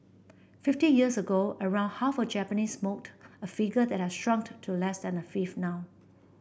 fifty years ago around half of Japanese smoked a figure that has shrunk to less than a fifth now